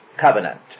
Covenant